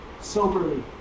soberly